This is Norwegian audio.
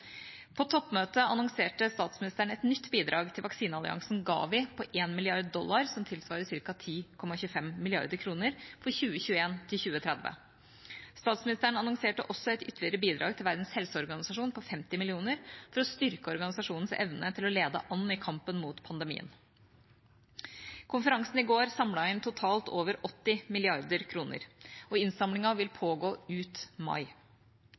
Vaksinealliansen Gavi på 1 mrd. dollar, som tilsvarer ca. 10,25 mrd. kr for 2021–2030. Statsministeren annonserte også et ytterligere bidrag til Verdens helseorganisasjon på 50 mill. kr for å styrke organisasjonens evne til å lede an i kampen mot pandemien. Konferansen i går samlet inn totalt over 80 mrd. kr. Innsamlingen vil pågå ut mai.